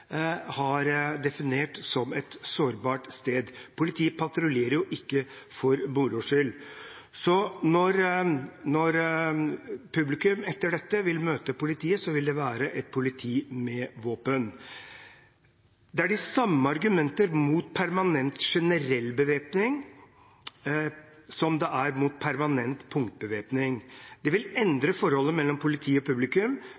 har definert som sårbare steder. Politiet patruljerer jo ikke for moro skyld. Så når publikum etter dette vil møte politiet, vil det være et politi med våpen. Det er de samme argumentene mot permanent generell bevæpning som det er mot permanent punktbevæpning. Det vil endre forholdet mellom politi og publikum.